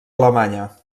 alemanya